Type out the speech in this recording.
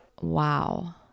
Wow